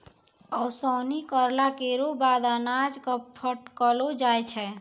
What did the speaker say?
ओसौनी करला केरो बाद अनाज क फटकलो जाय छै